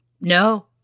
No